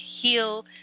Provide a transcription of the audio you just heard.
heal